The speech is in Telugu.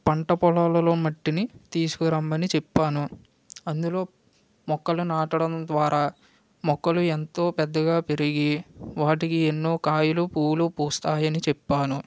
పంట పొలాలలో మట్టిని తీసుకురమ్మని చెప్పాను అందులో మొక్కలు నాటడం ద్వారా మొక్కలు ఎంతో పెద్దగా పెరిగి వాటికి ఎన్నో కాయలు పువ్వులు పూస్తాయని చెప్పాను